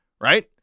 right